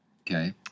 Okay